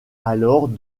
alors